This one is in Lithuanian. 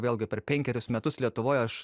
vėlgi per penkerius metus lietuvoj aš